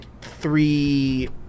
three